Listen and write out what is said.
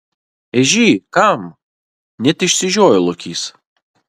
ežy kam net išsižiojo lokys